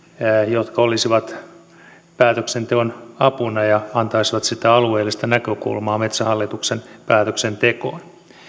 jotka olisivat päätöksenteon apuna ja antaisivat sitä alueellista näkökulmaa metsähallituksen päätöksentekoon